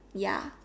ya